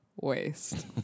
waste